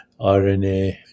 RNA